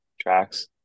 tracks